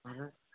اہن حظ